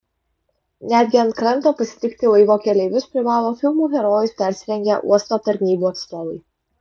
netgi ant kranto pasitikti laivo keleivius privalo filmų herojais persirengę uosto tarnybų atstovai